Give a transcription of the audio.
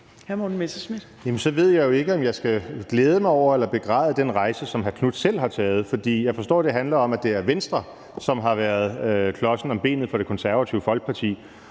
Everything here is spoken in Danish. så ved jeg jo ikke, om jeg skal glæde mig over eller begræde den rejse, som er hr. Marcus Knuth selv har været på, for jeg forstår, det handler om, at det er Venstre, som har været klodsen om benet for Det Konservative Folkeparti.